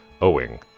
owing